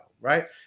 right